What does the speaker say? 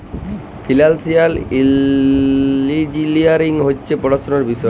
financial engineering হছে পড়াশুলার বিষয়